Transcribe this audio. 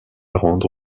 rendre